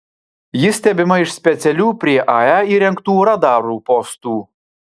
ji stebima iš specialių prie ae įrengtų radarų postų